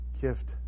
gift